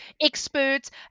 experts